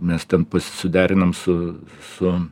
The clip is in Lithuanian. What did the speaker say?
mes ten pas suderinom su su